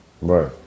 Right